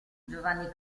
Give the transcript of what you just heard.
giovanni